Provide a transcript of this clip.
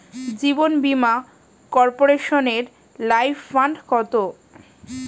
জীবন বীমা কর্পোরেশনের life fund কত?